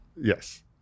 yes